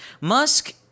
Musk